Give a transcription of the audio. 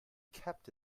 kept